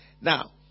Now